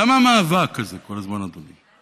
למה המאבק הזה כל הזמן, אדוני?